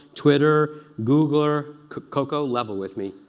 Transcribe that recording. twitter, googler. coco, level with me,